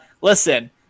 listen